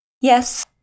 Yes